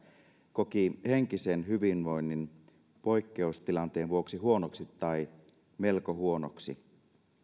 koki henkisen hyvinvoinnin poikkeustilanteen vuoksi huonoksi tai melko huonoksi